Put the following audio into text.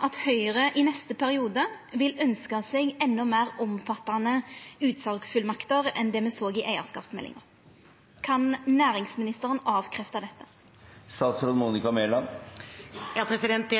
at Høgre i neste periode vil ønskja seg endå meir omfattande utsalsfullmakter enn det me såg i eigarskapsmeldinga. Kan næringsministeren avkrefta dette? Det